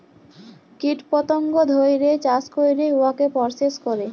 কীট পতঙ্গ ধ্যইরে চাষ ক্যইরে উয়াকে পরসেস ক্যরে